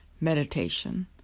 meditation